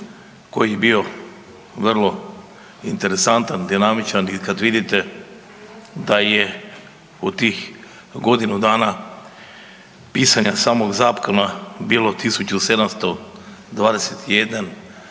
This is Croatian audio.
koji je bio vrlo interesantan i dinamičan i kad vidite da je od tih godinu dana pisanja samog zakona bilo 1721